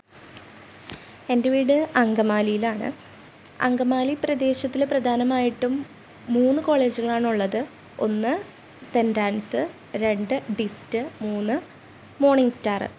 എൻ്റെ വീട് അങ്കമാലിയിലാണ് അങ്കമാലി പ്രദേശത്തിൽ പ്രധാനമായിട്ടും മൂന്ന് കോളേജുകളാണുള്ളത് ഒന്ന് സെൻട് ആൻസ്സ് രണ്ട് ഡിസ്റ്റ് മൂന്ന് മോണിംഗ് സ്റ്റാറ്